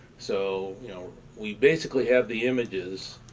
so you know we basically have the images,